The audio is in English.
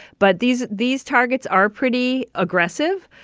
but these these targets are pretty aggressive.